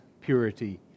purity